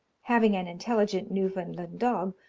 having an intelligent newfoundland dog,